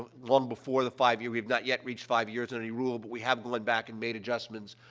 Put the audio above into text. ah long before the five year we have not yet reached five years on any rule, but we have gone back and made adjustments,